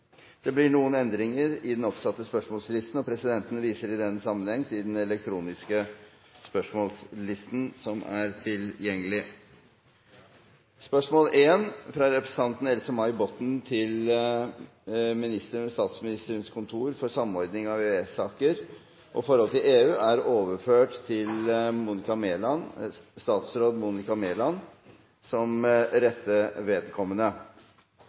Det blir noen endringer i den oppsatte spørsmålslisten, og presidenten viser i den sammenheng til den elektroniske spørsmålslisten. De foreslåtte endringer foreslås godkjent. – Det anses vedtatt. Endringene var som følger: Spørsmål 1, fra representanten Else-May Botten til ministeren ved Statsministerens kontor for samordning av EØS-saker og forholdet til EU, vil bli besvart av næringsministeren som rette vedkommende.